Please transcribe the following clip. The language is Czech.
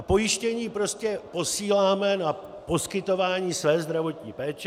Pojištění prostě posíláme na poskytování své zdravotní péče.